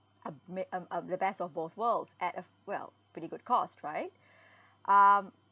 uh may um um the best of both worlds at uh f~ well pretty good cost right um